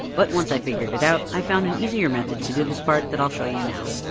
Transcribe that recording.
but once i figured it out, i found an easier method to do this part that i'll show you now.